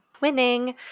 winning